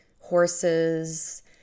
horses